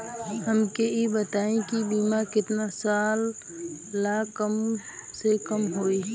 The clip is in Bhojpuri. हमके ई बताई कि बीमा केतना साल ला कम से कम होई?